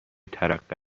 ترقه